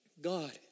God